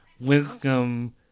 wisdom